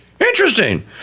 Interesting